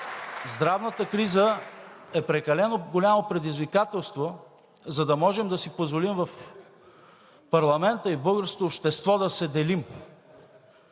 Здравната криза е прекалено голямо предизвикателство, за да можем да си позволим в парламента и в българското общество да се делим,